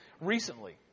recently